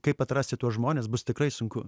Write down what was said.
kaip atrasti tuos žmones bus tikrai sunku